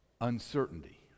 uncertainty